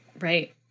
right